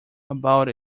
about